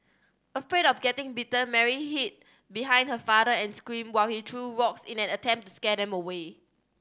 afraid of getting bitten Mary hid behind her father and screamed while he threw rocks in an attempt to scare them away